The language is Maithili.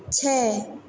छै